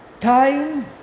time